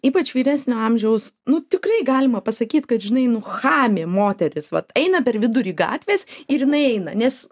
ypač vyresnio amžiaus nu tikrai galima pasakyt kad žinai nu chamė moteris vat eina per vidurį gatvės ir jinai eina nes